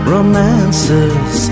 Romances